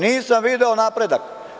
Nisam video napredak.